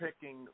picking